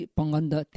Panganda